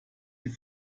die